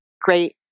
great